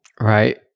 right